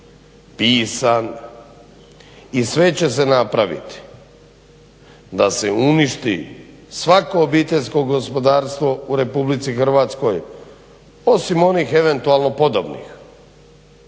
pisan i sve će se napraviti da se uništi svako obiteljsko gospodarstvo u Republici Hrvatskoj osim onih eventualno podobnih,